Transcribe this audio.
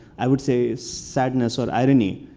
i would say, sadness or irony,